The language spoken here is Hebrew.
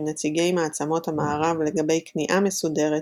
נציגי מעצמות המערב לגבי כניעה מסודרת,